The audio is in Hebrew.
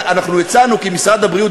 דיברנו עם משרד הבריאות,